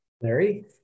Larry